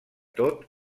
tot